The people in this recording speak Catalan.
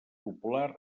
popular